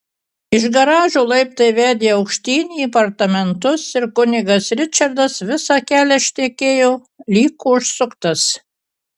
iš garažo laiptai vedė aukštyn į apartamentus ir kunigas ričardas visą kelią šnekėjo lyg užsuktas